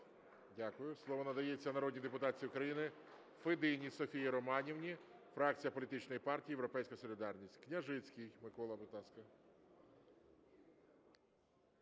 Дякую. Слово надається народній депутатці України Федині Софії Романівні, фракція політичної партії "Європейська солідарність". Княжицький Микола, будь ласка.